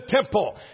temple